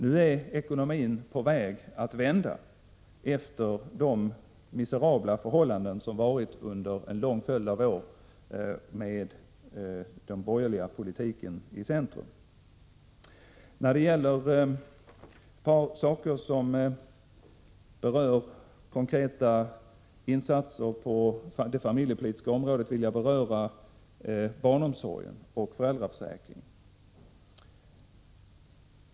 Nu är ekonomin på väg att vända efter de miserabla förhållanden som varat under en lång följd av år med den borgerliga politiken i centrum. När det gäller konkreta insatser på det familjepolitiska området vill jag beröra barnomsorgen och föräldraförsäkringen.